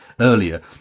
earlier